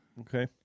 Okay